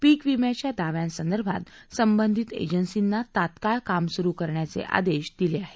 पिक विम्याच्या दाव्यांसंदर्भात संबंधित एजन्सीजना तात्काळ काम सुरु करण्याचे आदेश दिले गेले आहेत